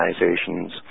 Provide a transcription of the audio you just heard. organizations